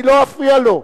אני לא אפריע לו.